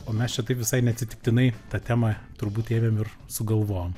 o mes čia taip visai neatsitiktinai tą temą turbūt ėmėm ir sugalvojom